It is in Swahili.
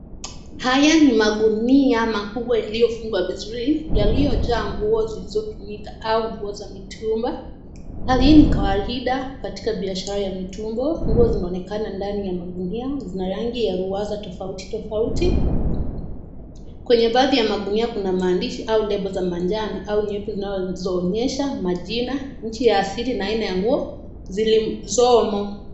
Haya ni magunia makubwa yaliyofungwa vizuri, yaliyojaa nguo zilizotumika au nguo za mitumba. Hali hii ni kawaida katika biashara ya mitumba . Nguo zinaonekana ndani magunia, zina rangi ya ruwaza tofauti tofauti. Kwenye baadhi ya magunia kuna maandishi au lebo za manjano au nyekundu zinazoonyesha majina, nchi ya asili na aina ya nguo zilizomo.